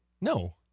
No